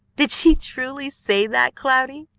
did she truly say that, cloudy?